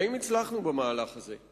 האם הצלחנו במהלך הזה?